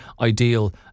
ideal